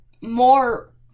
more